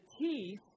teeth